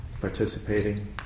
participating